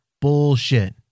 Bullshit